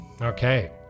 Okay